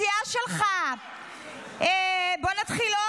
בוא נתחיל: